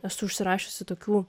esu užsirašiusi tokių